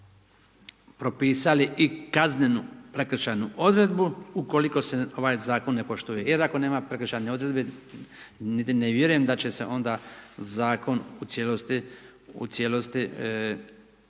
smo propisali i kaznenu prekršajnu odredbu ukoliko se ovaj zakon ne poštuje, jer ako nema prekršajnih odredbi niti ne vjerujem da će se onda zakon onda u cijelosti, u